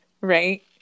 right